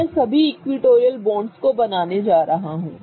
तो मैं सभी इक्विटोरियल बॉन्ड्स को बनाने जा रहा हूं